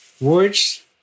words